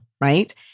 right